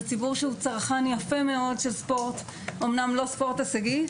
זה ציבור שהוא צרכן טוב מאוד של ספורט אמנם לא ספורט הישגי,